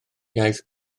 iaith